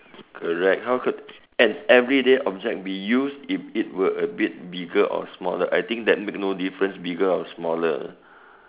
correct how could an everyday object be used if it were a bit bigger or smaller I think that make no different bigger or smaller ah